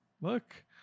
Look